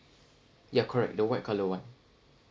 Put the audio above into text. ya correct the white colour one